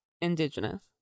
Indigenous